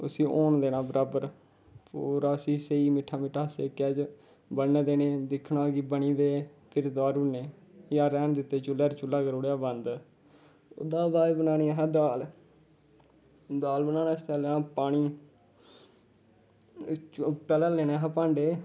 उस्सी होन देना बराबर पूरा उस्सी स्हेई मिट्ठा मिट्ठा सेक्कै च बनन देने दिक्खना कि बनी दे फिर तोआरी ओड़ने जां रौह्न दित्ते चुल्हे पर चुल्हा करी ओड़ेआ बंद ओह्दे बाद बनानी असें दाल दाल बनाने आस्तै लैना पानी पैह्लें लैने असें भांडे